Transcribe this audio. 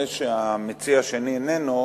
רואה שהמציע השני איננו,